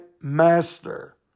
Master